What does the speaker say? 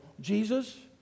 Jesus